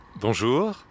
Bonjour